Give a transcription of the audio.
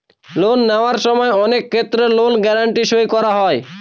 loan নেওয়ার সময় অনেক ক্ষেত্রে লোন গ্যারান্টি সই করা হয়